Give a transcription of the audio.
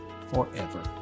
forever